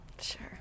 Sure